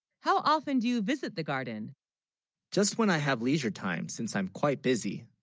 how often, do you visit the garden just when i have leisure time, since i'm quite busy,